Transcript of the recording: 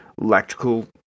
electrical